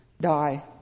die